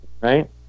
right